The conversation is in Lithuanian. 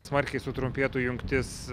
smarkiai sutrumpėtų jungtis